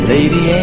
Lady